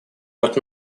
but